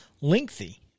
lengthy